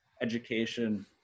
education